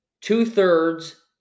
two-thirds